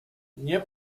nie